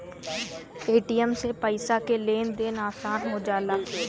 ATM से पइसा के लेन देन आसान हो जाला